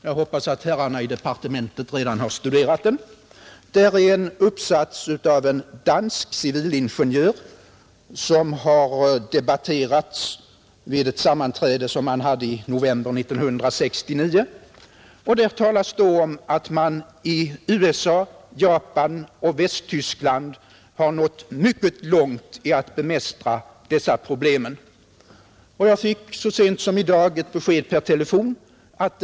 Jag hoppas att herrarna i departementet redan har studerat den. Där återges ett föredrag av en dansk civilingenjör, vilket hölls vid en konferens i november 1969. Där talas om att man i USA, Japan och Västtyskland har nått mycket långt när det gäller att bemästra svavelutsläppen i röken.